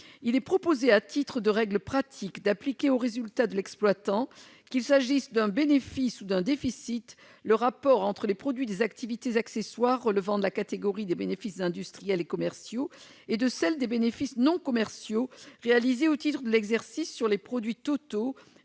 Il est proposé, à titre de règle pratique, d'appliquer au résultat de l'exploitant, qu'il s'agisse d'un bénéfice ou d'un déficit, le rapport entre les produits des activités accessoires relevant de la catégorie des bénéfices industriels et commerciaux et de celle des bénéfices non commerciaux réalisés au titre de l'exercice sur les produits totaux